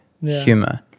humor